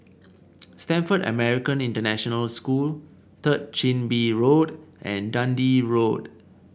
Stamford American International School Third Chin Bee Road and Dundee Road